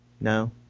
No